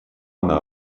она